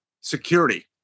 security